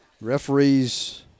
referees